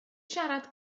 siarad